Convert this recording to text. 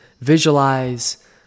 visualize